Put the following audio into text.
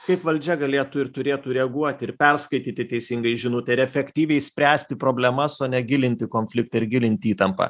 kaip valdžia galėtų ir turėtų reaguoti ir perskaityti teisingai žinutę ir efektyviai spręsti problemas o ne gilinti konfliktą ir gilinti įtampą